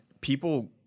people